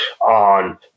on